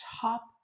top